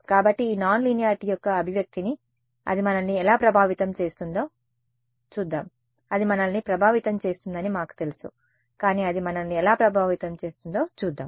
కాబట్టి ఈ నాన్లీనియారిటీ యొక్క అభివ్యక్తిని అది మనల్ని ఎలా ప్రభావితం చేస్తుందో చూద్దాం అది మనల్ని ప్రభావితం చేస్తుందని మాకు తెలుసు కానీ అది మనల్ని ఎలా ప్రభావితం చేస్తుందో చూద్దాం